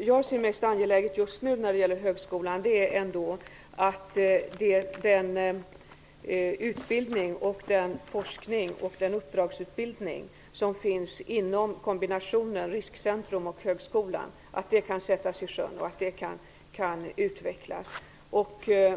jag ser som angelägnast just nu när det gäller högskolan är ändå att den utbildning, den forskning och den uppdragsutbildning som finns inom kombinationen riskcentrum och högskola kan sättas i sjön och kan utvecklas.